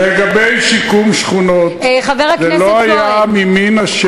לגבי שיקום שכונות, זה לא היה ממין השאלה.